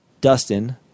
Dustin